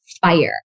fire